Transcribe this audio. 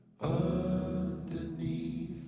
underneath